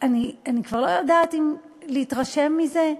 אני כבר לא יודעת אם להתרשם מזה,